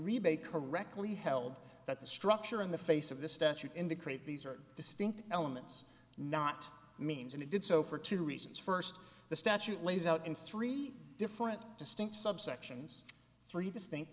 rebate correctly held that the structure in the face of the statute in the create these are distinct elements not means and it did so for two reasons first the statute lays out in three different distinct subsections three distinct